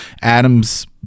Adam's